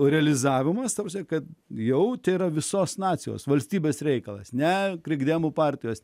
realizavimas ta prasme kad jau tėra visos nacijos valstybės reikalas ne krikdemų partijos